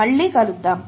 మళ్ళీ కలుద్దాం